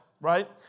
right